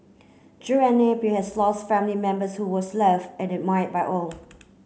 Drew and Napier has lost family members who was loved and admired by all